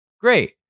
great